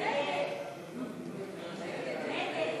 ההסתייגות